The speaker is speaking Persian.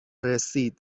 رسید